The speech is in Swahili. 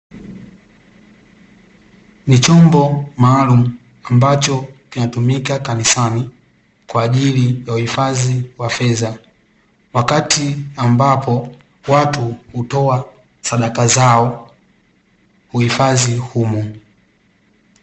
Ni chombo maalumu ambacho kinatumika kanisani, kwa ajili ya uhifadhi wa fedha, wakati ambapo watu hutoa sadaka zao, huifadhi humo.